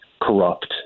corrupt